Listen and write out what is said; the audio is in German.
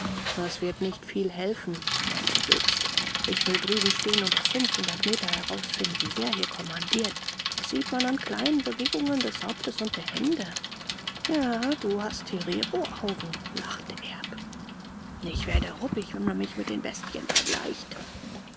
das wird nicht viel helfen meinte jobst ich will drüben stehen und auf fünfhundert meter herausfinden wer hier kommandiert das sieht man an kleinen bewegungen des hauptes und der hände ja du hast hereroaugen lachte erb ich werde ruppig wenn man mich mit den bestien vergleicht